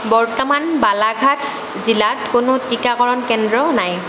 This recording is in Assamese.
বৰ্তমান বালাঘাট জিলাত কোনো টিকাকৰণ কেন্দ্ৰ নাই